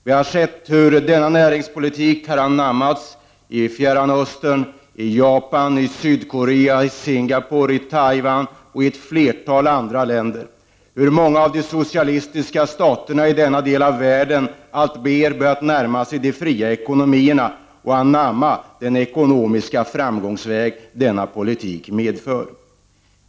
Vi har sett hur denna näringspolitik har anammats i Fjärran Östern, Japan, Sydkorea, Singapore, Taiwan och ett flertal andra länder, hur många av de socialistiska staterna i denna del av världen alltmer börjat närma sig de fria ekonomierna och anamma den ekonomiska framgångsväg denna politik medför.